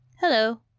Hello